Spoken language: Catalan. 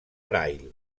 braille